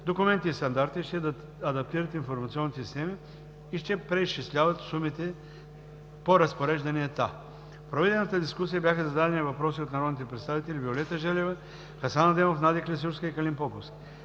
документи и стандарти, ще адаптират информационните системи и ще преизчисляват сумите по разпорежданията. В проведената дискусия бяха зададени въпроси от народните представители Виолета Желева, Хасан Адемов, Надя Клисурска и Калин Поповски.